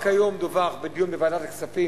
רק היום דווח בדיון בוועדת הכספים,